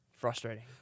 Frustrating